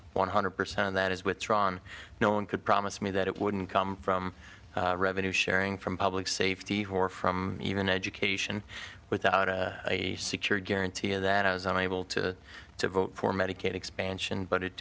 one hundred percent of that is withdrawn no one could promise me that it wouldn't come from revenue sharing from public safety who are from even education without a secure guarantee that i was unable to to vote for medicaid expansion but it